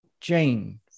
Jane